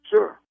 Sure